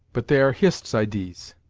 but they are hist's idees,